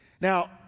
Now